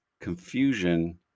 confusion